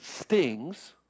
stings